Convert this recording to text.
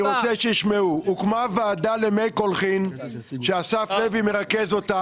הוקמה ועדה למי קולחין שאסף לוי מרכז.